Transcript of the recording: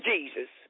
Jesus